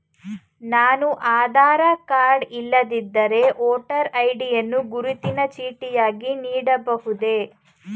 ನಾನು ಆಧಾರ ಕಾರ್ಡ್ ಇಲ್ಲದಿದ್ದರೆ voter ID ಯನ್ನು ಗುರುತಿನ ಚೀಟಿಯಾಗಿ ನೀಡಬಹುದೇ?